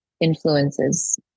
influences